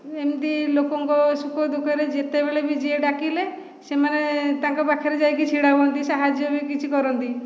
ଏମିତି ଲୋକଙ୍କ ସୁଖ ଦୁଃଖରେ ଯେତେବେଳେ ବି ଯିଏ ଡାକିଲେ ସେମାନେ ତାଙ୍କ ପାଖରେ ଯାଇକି ଛିଡ଼ା ହୁଅନ୍ତି ସାହାଯ୍ୟ ବି କିଛି କରନ୍ତି